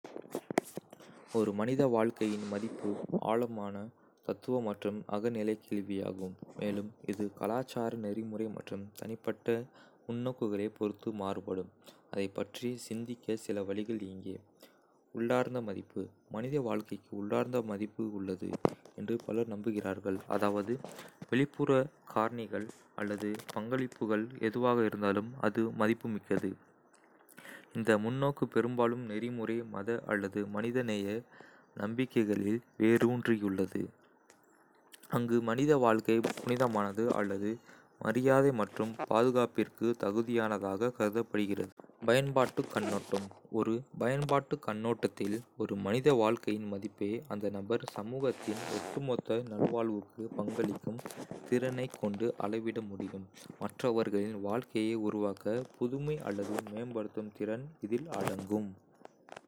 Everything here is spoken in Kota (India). ஒரு மனித வாழ்க்கையின் மதிப்பு ஆழமான தத்துவ மற்றும் அகநிலை கேள்வியாகும், மேலும் இது கலாச்சார, நெறிமுறை மற்றும் தனிப்பட்ட முன்னோக்குகளைப் பொறுத்து மாறுபடும். அதைப் பற்றி சிந்திக்க சில வழிகள் இங்கே. உள்ளார்ந்த மதிப்பு. மனித வாழ்க்கைக்கு உள்ளார்ந்த மதிப்பு உள்ளது என்று பலர் நம்புகிறார்கள், அதாவது வெளிப்புற காரணிகள் அல்லது பங்களிப்புகள் எதுவாக இருந்தாலும் அது மதிப்புமிக்கது. இந்த முன்னோக்கு பெரும்பாலும் நெறிமுறை, மத அல்லது மனிதநேய நம்பிக்கைகளில் வேரூன்றியுள்ளது, அங்கு மனித வாழ்க்கை புனிதமானது அல்லது மரியாதை மற்றும் பாதுகாப்பிற்கு தகுதியானதாக கருதப்படுகிறது. பயன்பாட்டுக் கண்ணோட்டம். ஒரு பயன்பாட்டுக் கண்ணோட்டத்தில், ஒரு மனித வாழ்க்கையின் மதிப்பை அந்த நபர் சமூகத்தின் ஒட்டுமொத்த நல்வாழ்வுக்கு பங்களிக்கும் திறனைக் கொண்டு அளவிட முடியும். மற்றவர்களின் வாழ்க்கையை உருவாக்க, புதுமை அல்லது மேம்படுத்தும் திறன் இதில் அடங்கும்.